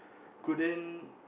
couldn't